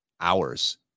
hours